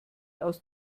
aus